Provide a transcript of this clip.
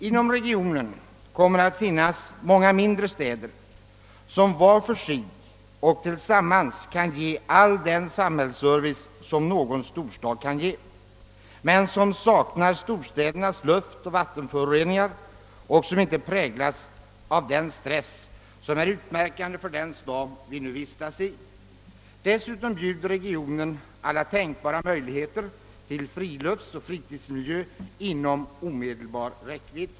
Inom regionen kommer att finnas många mindre städer, som var för sig och tillsammans kan ge all den samhällsservice som någon storstad kan ge men som saknar storstädernas luftoch vattenföroreningar och som inte präglas av den stress som är utmärkande för den stad vi nu vistas i. Dessutom bjuder regionen alla tänkbara möjligheter till friluftsoch fritidsmiljö i omedelbar närhet.